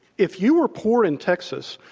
if you are poor in texas,